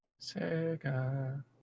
Sega